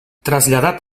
traslladat